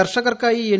കർഷകർക്കായി എൻ